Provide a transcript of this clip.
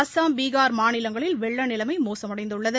அஸ்ஸாம் பீகார் மாநிலங்களில் வெள்ள நிலைமை மோசமடைந்துள்ளது